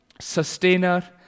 sustainer